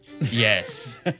Yes